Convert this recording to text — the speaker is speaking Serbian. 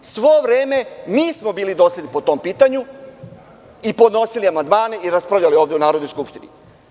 Svo vreme mi smo bili dosledni po tom pitanju i podnosili amandmane i raspravljali ovde u Narodnoj skupštini.